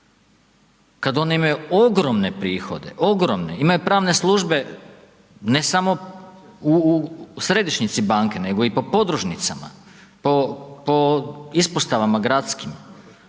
kad one imaju ogromne prihode, ogromne, imaju pravne službe na samo u središnjici banke nego i po podružnicama, po ispostavama gradskim,